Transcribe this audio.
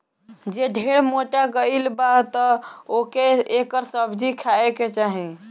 जे ढेर मोटा गइल बा तअ ओके एकर सब्जी खाए के चाही